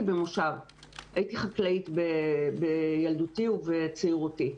במושב והייתי חקלאית בילדותי ובצעירותי.